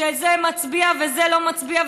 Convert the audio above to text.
שזה מצביע וזה לא מצביע,